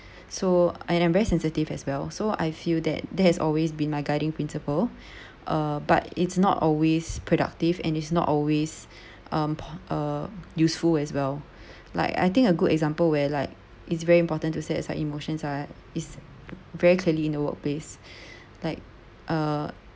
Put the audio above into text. so and I'm very sensitive as well so I feel that that has always been my guiding principle uh but it's not always productive and it's not always um uh useful as well like I think a good example where like it's very important to set aside emotions are is very clearly in the workplace like uh